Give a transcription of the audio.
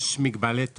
יש מגבלת הולכה.